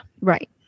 Right